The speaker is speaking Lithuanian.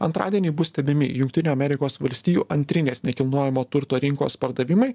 antradienį bus stebimi jungtinių amerikos valstijų antrinės nekilnojamo turto rinkos pardavimai